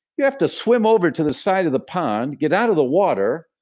you have to swim over to the side of the pond, get out of the water,